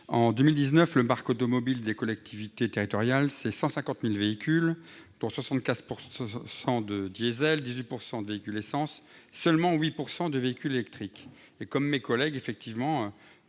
En 2019, le parc automobile des collectivités territoriales représente 150 000 véhicules, dont 74 % de véhicules diesel, 18 % de véhicules à essence et seulement 8 % de véhicules électriques. Comme mes collègues, j'estime